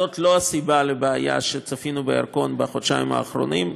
זאת לא הסיבה לבעיה שראינו בירקון בחודשיים האחרונים,